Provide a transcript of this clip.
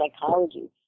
psychology